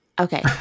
Okay